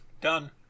Done